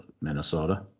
Minnesota